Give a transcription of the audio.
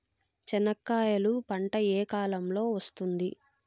చెనక్కాయలు పంట ఏ కాలము లో వస్తుంది